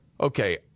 okay